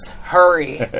hurry